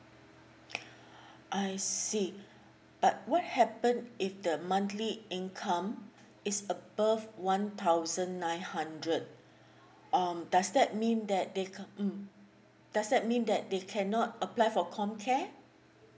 I see but what happen if the monthly income is above one thousand nine hundred um does that mean that they can um does that mean that they cannot apply for comcare